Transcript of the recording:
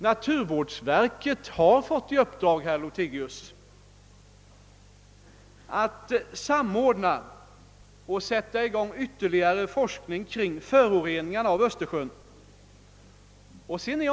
Naturvårdsverket har, herr Lothigius, fått i uppdrag att sätta i gång ytterligare forskning beträffande föroreningarna i Östersjön.